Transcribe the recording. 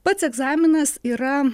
pats egzaminas yra